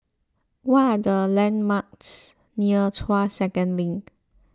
what are the landmarks near Tuas Second Link